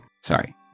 Sorry